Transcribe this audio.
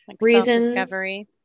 reasons